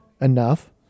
enough